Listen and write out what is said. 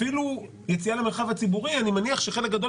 אפילו יציאה למרחב הציבורי אני מניח שחלק גדול